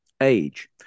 age